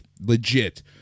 legit